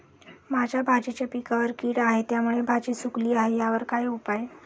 माझ्या भाजीच्या पिकावर कीड आहे त्यामुळे भाजी सुकली आहे यावर काय उपाय?